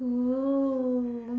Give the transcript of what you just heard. oo